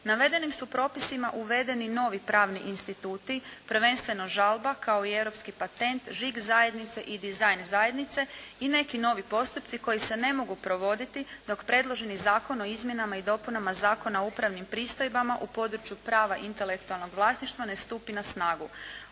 Navedenim su propisima uvedeni novi pravni instituti, prvenstveno žalba kao i europski patent, žig zajednice i dizajn zajednice i neki novi postupci koji se ne mogu provoditi dok predloženi zakon o izmjenama i dopunama Zakona o upravnim pristojbama u područja prava intelektualnog vlasništva ne stupi na snagu.